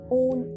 own